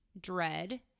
dread